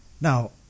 Now